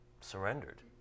surrendered